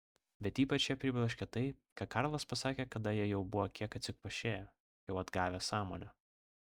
bet ypač ją pribloškė tai ką karlas pasakė kada jie jau buvo kiek atsikvošėję jau atgavę sąmonę